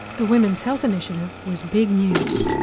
the women's health initiative was big news.